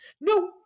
No